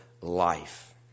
life